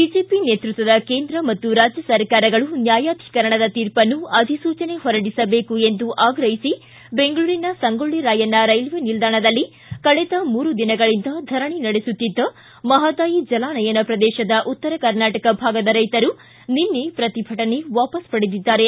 BJP ನೇತೃತ್ವದ ಕೇಂದ್ರ ಮತ್ತು ರಾಜ್ಯ ಸರ್ಕಾರಗಳು ನ್ಯಾಯಾಧಿಕರಣದ ತೀರ್ಪನ್ನು ಅಧಿಸೂಚನೆ ಹೊರಡಿಸಬೇಕು ಎಂದು ಆಗ್ರಹಿಸಿ ಬೆಂಗಳೂರಿನ ಸಂಗೊಳ್ಳಿ ರಾಯಣ್ಣ ರೈಲ್ವೆ ನಿಲ್ದಾಣದಲ್ಲಿ ಕಳೆದ ಮೂರು ದಿನಗಳಿಂದ ಧರಣಿ ನಡೆಸುತ್ತಿದ್ದ ಮಹದಾಯಿ ಜಲಾನಯನ ಪ್ರದೇಶದ ಉತ್ತರ ಕರ್ನಾಟಕ ಭಾಗದ ರೈತರು ನಿನ್ನೆ ಪ್ರತಿಭಟನೆ ವಾಪಸ್ ಪಡೆದಿದ್ದಾರೆ